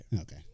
Okay